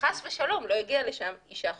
חס ושלום לא תגיע לשם אישה חולה.